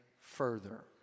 further